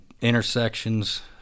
intersections